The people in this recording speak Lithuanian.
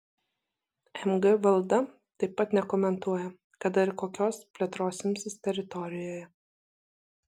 mg valda taip pat nekomentuoja kada ir kokios plėtros imsis teritorijoje